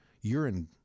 urine